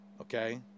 okay